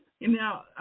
Now